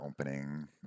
opening